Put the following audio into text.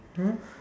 !huh!